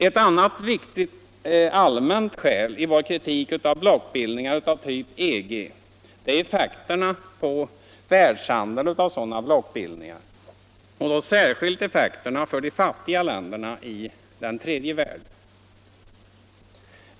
Ett annat viktigt allmänt skäl i vår kritik av blockbildningar av typ EG är effekterna på världshandeln av sådana blockbildningar, särskilt effekterna för de fattiga länderna i tredje världen.